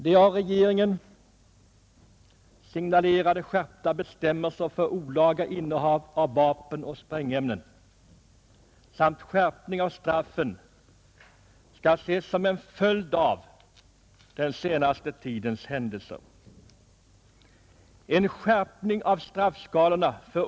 De av regeringen signalerade skärpta bestämmelserna för olaga innehav av vapen och sprängämnen samt skärpningen av straffen skall ses som en följd av den senaste tidens händelser.